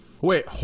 Wait